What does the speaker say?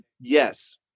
Yes